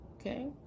Okay